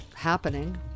happening